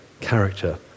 character